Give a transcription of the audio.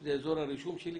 זה אזור הרישום שלי.